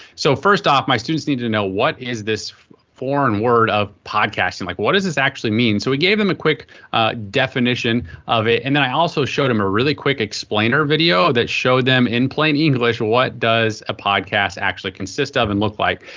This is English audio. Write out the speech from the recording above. so first off, my students needed to know what is this foreign word of podcasting? and like what does this actually mean? so we gave them a quick definition of it. and then i also showed them a really quick explainer video that showed them in plain english what does a podcast actually consist of and look like.